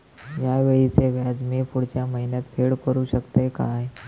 हया वेळीचे व्याज मी पुढच्या महिन्यात फेड करू शकतय काय?